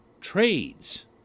trades